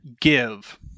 give